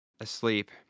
asleep